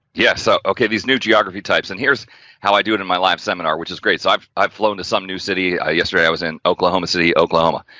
yes, so okay. these new geography types and here's how i do it in my live seminar which is great, so i've i've flown to some new city. yesterday i was in oklahoma city oklahoma.